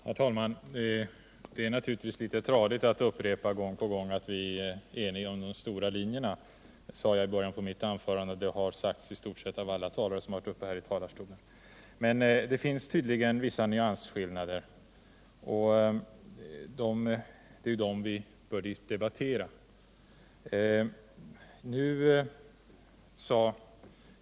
Herr talman! Det är naturligtvis litet tradigt att gång på gång upprepa alt vi är eniga om de stora linjerna. Det sade jag it början av mitt antörande, och det har sagts av I stort sett alla talare som varit uppe i talarstolen. Men det finns tydligen vissa nyansskillnader, och det är dem vi bör debattera.